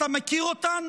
אתה מכיר אותן?